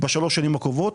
בשלוש שנים הקרובות,